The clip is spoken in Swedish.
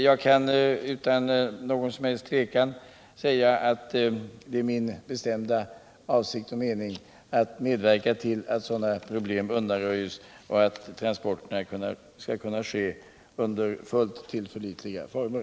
Jag kan utan någon som helst tvekan säga att det är min bestämda avsikt att medverka till att sådana problem undanröjs och till att transporterna skall kunna ske under fullt tillförlitliga former.